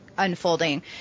unfolding